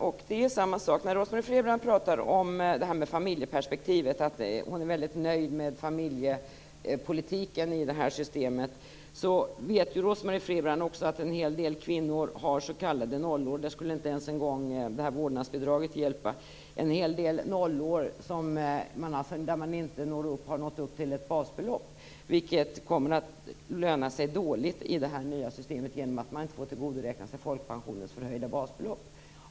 Rose-Marie Frebran säger att hon är nöjd med familjepolitiken i systemet. Men Rose-Marie Frebran vet att en hel del kvinnor har s.k. nollår - de når inte upp till ett basbelopp. Där skulle inte ens vårdnadsbidraget hjälpa. Det kommer att löna sig dåligt i det nya systemet, eftersom det inte går att tillgodoräkna sig det förhöjda basbeloppet för folkpensionen.